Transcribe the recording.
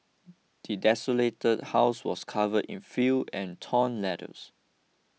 the desolated house was covered in fill and torn letters